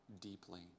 deeply